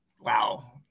Wow